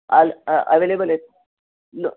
आल अवेलेबल आहेत ल